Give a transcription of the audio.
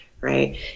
right